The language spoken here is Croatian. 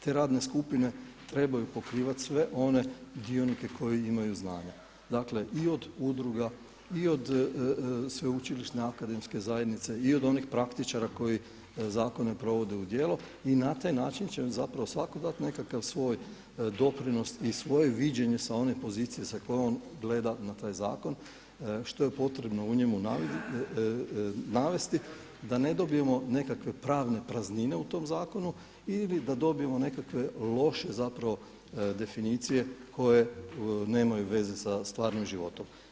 Te radne skupine trebaju pokrivati sve one dionike koji imaju znanja, dakle i od udruga, i od sveučilišne akademske zajednice i od onih praktičara koji zakone provode u djelo i na taj način će svako dati nekakav svoj doprinos i svoje viđenje sa one pozicije sa koje on gleda na taj zakon, što je potrebno u njemu navesti da ne dobijemo nekakve pravne praznine u tom zakonu ili da dobijemo nekakve loše definicije koje nemaju veze sa stvarnim životom.